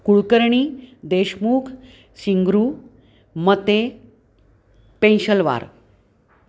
Kulkarni Deshmukh Singru Mate Peshalwar